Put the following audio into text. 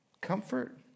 comfort